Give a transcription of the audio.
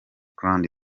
grand